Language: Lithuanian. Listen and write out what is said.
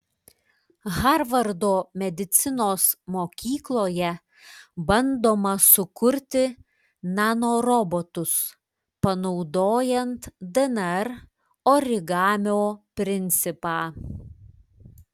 harvardo medicinos mokykloje bandoma sukurti nanorobotus panaudojant dnr origamio principą